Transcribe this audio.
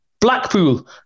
Blackpool